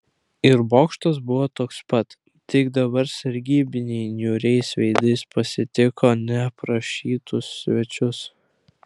ir bokštas buvo toks pats tik dabar sargybiniai niūriais veidais pasitiko neprašytus svečius